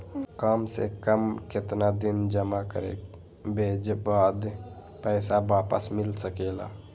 काम से कम केतना दिन जमा करें बे बाद पैसा वापस मिल सकेला?